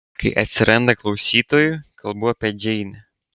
kai atsiranda klausytojų kalbu apie džeinę